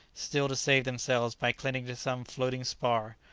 still to save themselves by clinging to some floating spar?